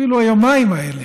אפילו היומיים האלה.